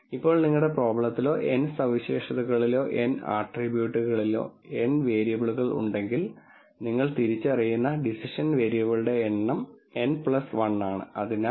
ഇപ്പോൾ നിങ്ങളുടെ പ്രോബ്ലത്തിലോ n സവിശേഷതകളിലോ n ആട്രിബ്യൂട്ടുകളിലോ n വേരിയബിളുകൾ ഉണ്ടെങ്കിൽ നിങ്ങൾ തിരിച്ചറിയുന്ന ഡിസിഷൻ വേരിയബിളുകളുടെ എണ്ണം n 1 ആണ്